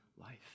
life